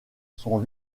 sont